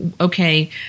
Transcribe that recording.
okay